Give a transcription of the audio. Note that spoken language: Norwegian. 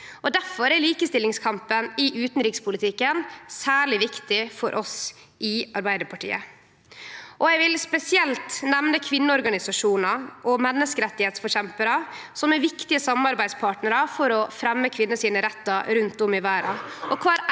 Difor er likestillingskampen i utanrikspolitikken særleg viktig for oss i Arbeidarpartiet. Eg vil spesielt nemne kvinneorganisasjonar og menneskerettsforkjemparar, som er viktige samarbeidspartnarar for å fremje rettane til kvinner rundt om i verda.